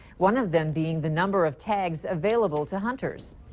one of them being the number of tags available to hunters.